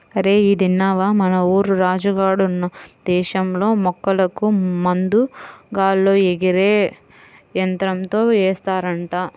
అరేయ్ ఇదిన్నవా, మన ఊరు రాజు గాడున్న దేశంలో మొక్కలకు మందు గాల్లో ఎగిరే యంత్రంతో ఏస్తారంట